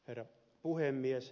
herra puhemies